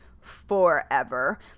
forever